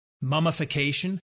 mummification